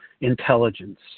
intelligence